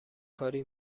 کاری